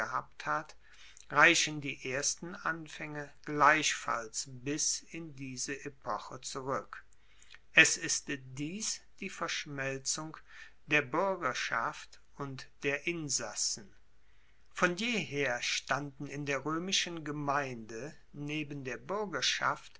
hat reichen die ersten anfaenge gleichfalls bis in diese epoche zurueck es ist dies die verschmelzung der buergerschaft und der insassen von jeher standen in der roemischen gemeinde neben der buergerschaft